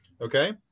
Okay